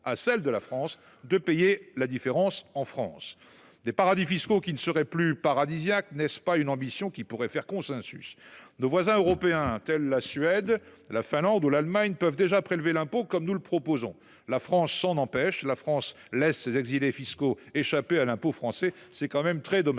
à celle de la France, de payer la différence en France. Des paradis fiscaux qui ne seraient plus paradisiaques, n’est ce pas là une ambition qui pourrait faire consensus ? Nos voisins européens, telles la Suède, la Finlande ou l’Allemagne, peuvent déjà prélever l’impôt de cette manière. La France s’en empêche, en laissant ses exilés fiscaux échapper à l’impôt français, ce qui est très dommageable.